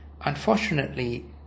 Unfortunately